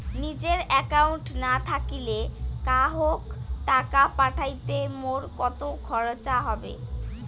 নিজের একাউন্ট না থাকিলে কাহকো টাকা পাঠাইতে মোর কতো খরচা হবে?